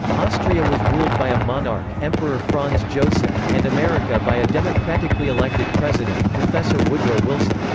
austria was ruled by a monarch emperor franz joseph and america by a democratically elected president professor woodrow wilson.